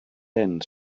end